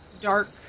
dark